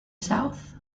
south